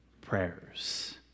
prayers